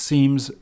Seems